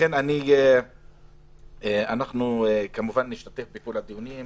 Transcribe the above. לכן אנחנו כמובן נשתתף בכל הדיונים,